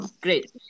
Great